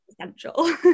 essential